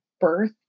birth